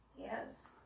Yes